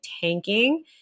tanking